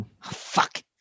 Fuck